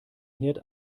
herd